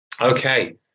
Okay